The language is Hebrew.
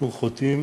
אנחנו חוטאים